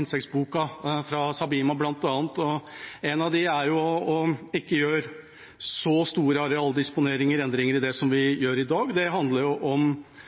insektboka, fra Sabima bl.a., og et av rådene går på ikke å gjøre så store arealdisponeringer og endringer av det som vi gjør i dag. Det handler om å asfaltere mye mer, det handler om